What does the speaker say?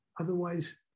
otherwise